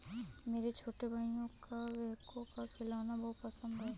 मेरे छोटे भाइयों को बैकहो का खिलौना बहुत पसंद है